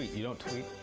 you don't tweet?